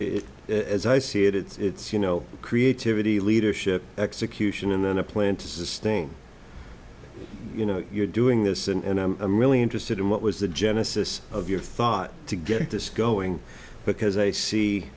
is as i see it it's you know creativity leadership execution and a plan to sustain you know you're doing this and i'm really interested in what was the genesis of your thought to get this going because i see